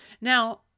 Now